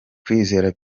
kwizera